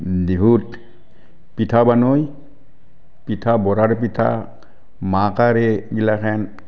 বিহুত পিঠা বনায় পিঠা বৰাৰ মাহ কড়াই এইগিলাখেন